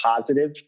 positive